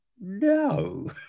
No